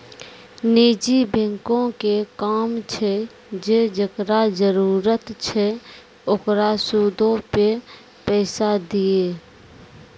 निजी बैंको के काम छै जे जेकरा जरुरत छै ओकरा सूदो पे पैसा दिये